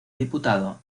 diputado